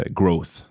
growth